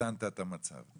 איזנת את המצב.